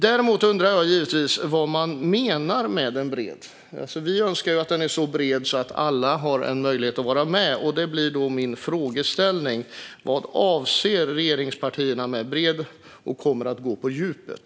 Däremot undrar jag givetvis vad man menar med att utredningen ska vara bred. Vi önskar ju att den ska vara så bred att alla har möjlighet att vara med, och det blir därför min fråga: Vad avser regeringspartierna med "bred", och kommer man att gå på djupet?